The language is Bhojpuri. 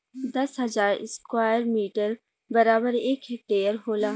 दस हजार स्क्वायर मीटर बराबर एक हेक्टेयर होला